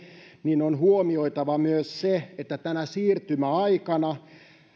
niin on huomioitava myös se että tänä siirtymäaikana